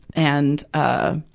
and, ah,